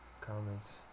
comments